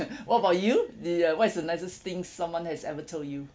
what about you yeah what's the nicest thing someone has ever told you